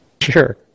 Sure